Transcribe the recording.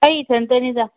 ꯑꯩ ꯏꯊꯟꯇꯅꯤꯗ